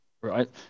right